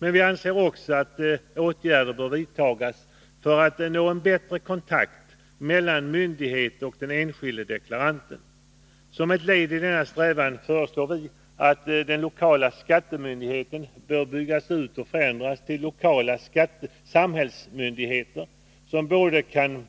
Men vi anser också att åtgärder bör vidtas för att nå en bättre kontakt mellan myndighet och den enskilde deklaranten. Som ett led i denna strävan föreslår vi att den lokala skattemyndigheten byggs ut och förändras till lokala samhällsmyndigheter, som kan fungera både som